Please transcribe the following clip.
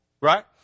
Right